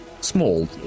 Small